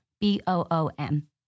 B-O-O-M